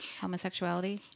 homosexuality